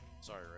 Sorry